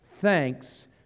thanks